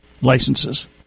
licenses